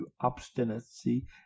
obstinacy